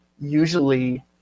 usually